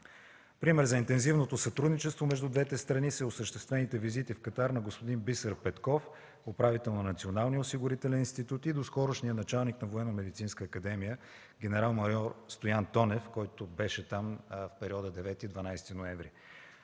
Пример за интензивното сътрудничество между двете страни са осъществените визити в Катар на господин Бисер Петков – управител на Националния осигурителен институт, и доскорошният началник на Военномедицинска академия генерал-майор Стоян Тонев, който беше там в периода 9 - 12 ноември